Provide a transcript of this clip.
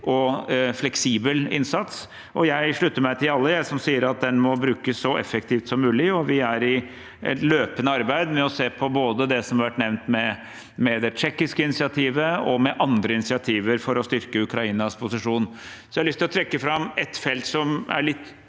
og fleksibel innsats, og jeg slutter meg til alle som sier at den må brukes så effektivt som mulig. Vi er i løpende arbeid med å se på både det som har vært nevnt om det tsjekkiske initiativet, og andre initiativ for å styrke Ukrainas posisjon. Jeg har lyst til å trekke fram et felt som er litt